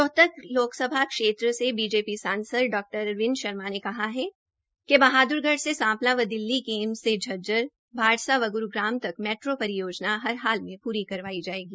रोहतक लोकसभा क्षेत्र से बीजेपी सासंद डॉ अरविंद शर्मा ने कहा है कि बहाद्रगढ़ से सांपला व दिल्ली के एम्स से झज्जर बाढ़सा व गुरूग्राम तक मेट्रों परियोजना हर हाल में पूरी कराई जायेगी